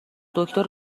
دکتر